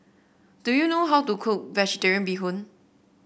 do you know how to cook vegetarian Bee Hoon